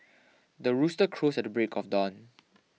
the rooster crows at the break of dawn